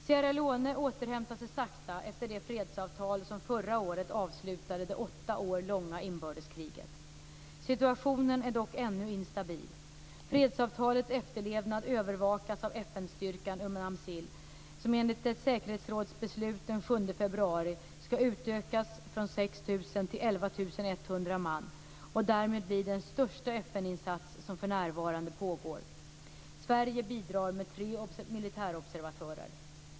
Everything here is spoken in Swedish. Sierra Leone återhämtar sig sakta efter det fredsavtal som förra året avslutade det åtta år långa inbördeskriget. Situationen är dock ännu instabil. februari ska utökas från 6 000 till 11 100 man och därmed blir den största FN-insats som för närvarande pågår. Sverige bidrar med tre militärobservatörer.